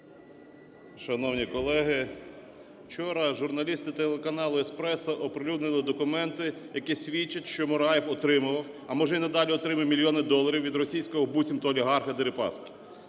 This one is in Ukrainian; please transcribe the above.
Шановні колеги! Вчора журналісти телеканалу "Еспресо" оприлюднили документи, які свідчать, що Мураєв отримував, а може і надалі отримує мільйони доларів від російського, буцімто, олігарха Дерипаски.